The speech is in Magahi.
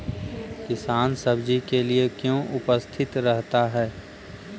किसान सब्जी के लिए क्यों उपस्थित रहता है?